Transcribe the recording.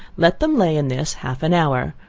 let them lay in this half an hour,